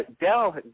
Dell